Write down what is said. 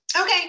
Okay